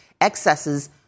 excesses